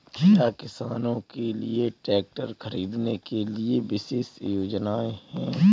क्या किसानों के लिए ट्रैक्टर खरीदने के लिए विशेष योजनाएं हैं?